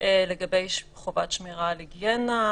לגבי חובת שמירה על היגיינה,